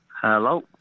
Hello